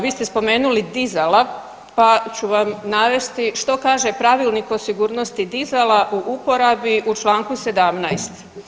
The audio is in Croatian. Vi ste spomenuli dizala, pa ću Vam navesti što kaže Pravilnik o sigurnosti dizala u uporabi u čl. 17.